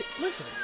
Listen